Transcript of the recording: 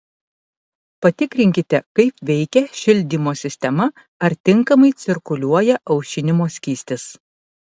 patikrinkite kaip veikia šildymo sistema ar tinkamai cirkuliuoja aušinimo skystis